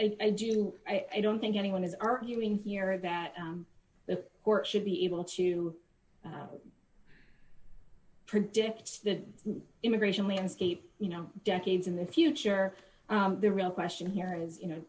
general i don't think anyone is arguing here of that the court should be able to predict the immigration landscape you know decades in the future the real question here is you know